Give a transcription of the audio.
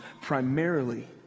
primarily